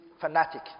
fanatic